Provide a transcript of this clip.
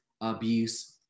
abuse